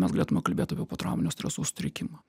mes galėtume kalbėt apie potrauminio streso sutrikimą